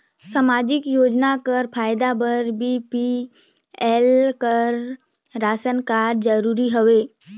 समाजिक योजना कर फायदा बर बी.पी.एल कर राशन कारड जरूरी हवे?